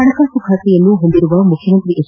ಹಣಕಾಸು ಖಾತೆಯನ್ನು ಹೊಂದಿರುವ ಮುಖ್ಣಮಂತ್ರಿ ಎಚ್